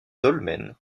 dolmen